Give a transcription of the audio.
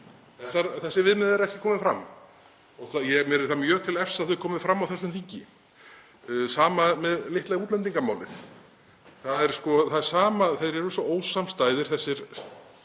Þessi viðmið eru ekki komin fram og mér er það mjög til efs að þau komi fram á þessu þingi, sama með litla útlendingamálið. Það er það sama. Þeir eru svo ósamstæðir, þessir